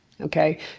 Okay